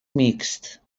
mixt